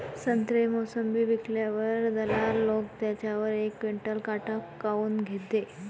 संत्रे, मोसंबी विकल्यावर दलाल लोकं त्याच्यावर एक क्विंटल काट काऊन घेते?